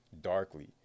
darkly